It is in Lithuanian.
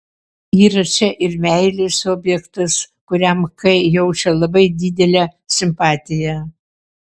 yra čia ir meilės objektas kuriam k jaučia labai didelę simpatiją